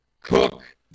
Cook